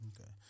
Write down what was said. Okay